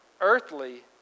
earthly